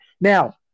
Now